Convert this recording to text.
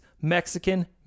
Mexican